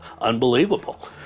unbelievable